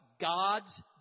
God's